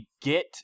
get